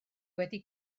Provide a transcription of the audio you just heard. wedi